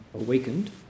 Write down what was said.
awakened